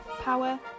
power